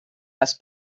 les